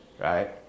Right